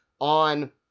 on